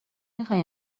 میخوای